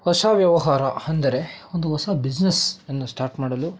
ಹೊಸ ವ್ಯವಹಾರ ಅಂದರೆ ಒಂದು ಹೊಸ ಬಿಸ್ನೆಸನ್ನು ಸ್ಟಾರ್ಟ್ ಮಾಡಲು